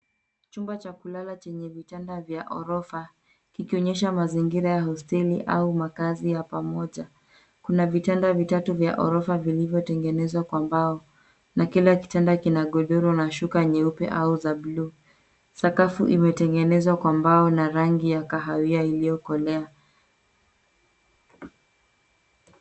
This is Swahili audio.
Chumba cha kulala chenye vitanda vya orofa, kikionyesha mazingira ya hosteli au makazi ya pamoja. Kuna vitanda vitatu vya orofa vilivyotengenezwa kwa mbao, na kila kitanda kina godoro na shuka nyeupe au za buluu. Sakafu imetengenezwa kwa mbao na rangi ya kahawia iliyokolewa.